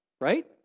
right